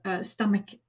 stomach